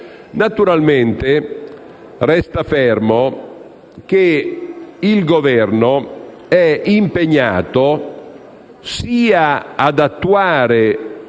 Naturalmente resta fermo che il Governo è impegnato ad attuare